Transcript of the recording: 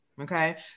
Okay